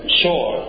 sure